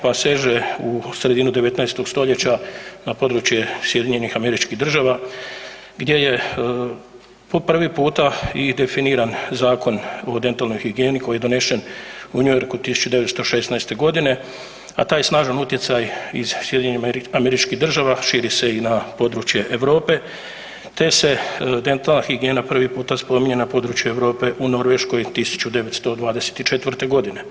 Pa seže u sredinu 19. stoljeća na područje SAD-a gdje je po prvi puta i definiran Zakon o dentalnoj higijeni koji je donesen u New Yorku 1916. godine, a taj snažan utjecaj iz SAD-a širi se i na područje Europe te se dentalna higijena prvi puta spominje na području Europe u Norveškoj 1924. godine.